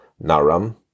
Naram